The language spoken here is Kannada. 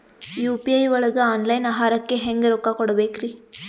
ಯು.ಪಿ.ಐ ಒಳಗ ಆನ್ಲೈನ್ ಆಹಾರಕ್ಕೆ ಹೆಂಗ್ ರೊಕ್ಕ ಕೊಡಬೇಕ್ರಿ?